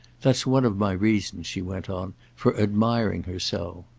that's one of my reasons, she went on for admiring her so.